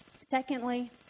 Secondly